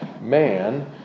man